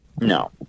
no